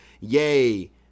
yay